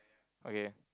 okay